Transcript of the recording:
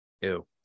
Ew